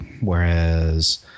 Whereas